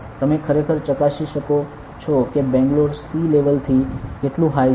તમે ખરેખર ચકાસી શકો છો કે બેંગ્લોર સી લેવલ થી કેટલું હાઇ છે